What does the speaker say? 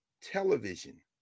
television